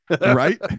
right